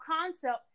concept